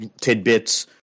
tidbits